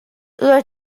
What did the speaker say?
les